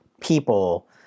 people